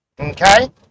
Okay